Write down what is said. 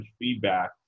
feedback